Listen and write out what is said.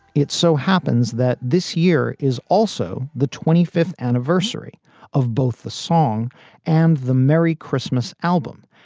it so happens that this year is also the twenty fifth anniversary of both the song and the merry christmas album.